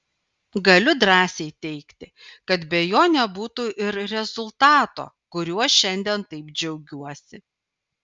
galiu drąsiai teigti kad be jo nebūtų ir rezultato kuriuo šiandien taip džiaugiuosi